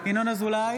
אינו נוכח ינון אזולאי,